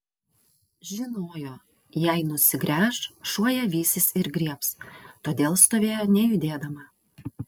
žinojo jei nusigręš šuo ją vysis ir griebs todėl stovėjo nejudėdama